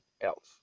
else